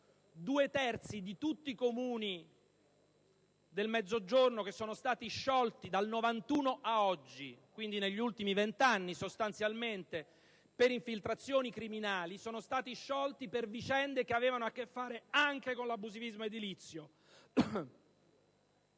due terzi di tutti i Comuni del Mezzogiorno che sono stati sciolti dal 1991 ad oggi (quindi sostanzialmente negli ultimi vent'anni) per infiltrazioni criminali sono stati sciolti per vicende che avevano a che fare anche con l'abusivismo edilizio.